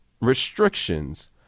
Restrictions